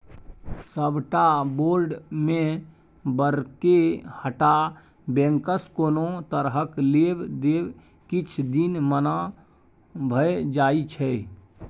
सबटा बोर्ड मेंबरके हटा बैंकसँ कोनो तरहक लेब देब किछ दिन मना भए जाइ छै